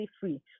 free